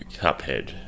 cuphead